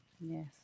yes